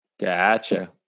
gotcha